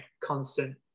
constant